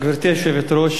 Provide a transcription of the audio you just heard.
גברתי היושבת-ראש,